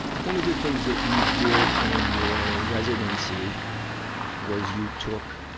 one of the things that you did in your residency was you took,